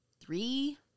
three